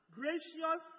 gracious